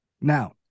Now